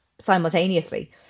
simultaneously